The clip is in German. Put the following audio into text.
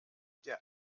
der